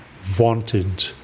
vaunted